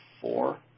four